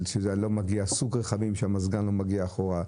על סוג רכבים שהמזגן בהם לא מגיע אחורה,